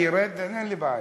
אני ארד, אין בעיה.